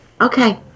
Okay